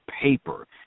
paper